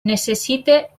necessite